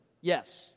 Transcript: Yes